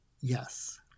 Yes